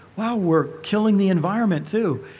wow, we're killing the environment too.